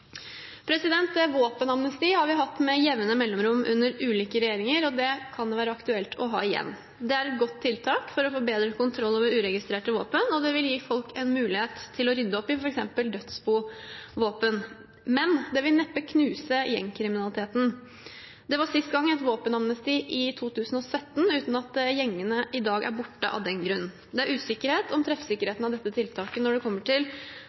Våpenamnesti har vi hatt med jevne mellomrom under ulike regjeringer, og det kan det være aktuelt å ha igjen. Det er et godt tiltak for å få bedre kontroll over uregistrerte våpen, og det vil gi folk en mulighet til å rydde opp i f.eks. dødsbovåpen. Men det vil neppe knuse gjengkriminaliteten. Det var sist et våpenamnesti i 2017 uten at gjengene er borte i dag av den grunn. Det er usikkerhet om treffsikkerheten av tiltaket når det